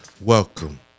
Welcome